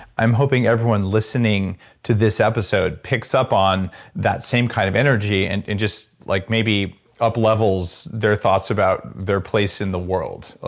i'm hoping everyone listening to this episode picks up on that same kind of energy and and just like maybe up levels their thoughts about their place in the world.